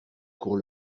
cours